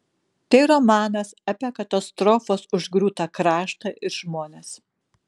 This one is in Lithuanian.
tai romanas apie katastrofos užgriūtą kraštą ir žmones